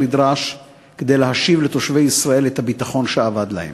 נדרש כדי להשיב לתושבי ישראל את הביטחון שאבד להם,